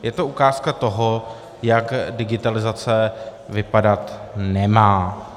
Je to ukázka toho, jak digitalizace vypadat nemá.